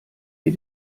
sie